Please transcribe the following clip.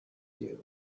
you